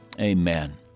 amen